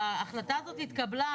שההחלטה הזאת התקבלה